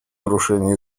нарушения